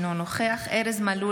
אינו נוכח ארז מלול,